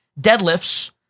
Deadlifts